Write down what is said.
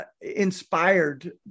inspired